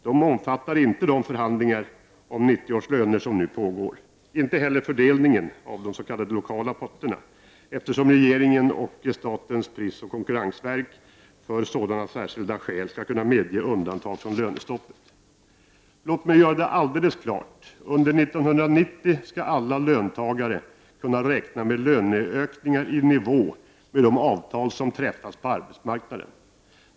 Det omfattar inte de förhandlingar om 1990 års löner som nu pågår och inte heller fördelningen av s.k. lokala potter, eftersom regeringen och statens prisoch konkurrensverk när särskilda skäl föranleder det skall kunna medge undantag från lönestoppet. Låt mig göra det alldeles klart. Under 1990 skall alla löntagare kunna räkna med löneökningar i nivå med de avtal som träffas på arbetsmarknaden.